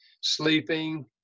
sleeping